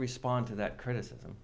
respond to that criticism